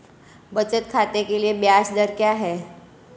बचत खाते के लिए ब्याज दर क्या है?